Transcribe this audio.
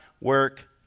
work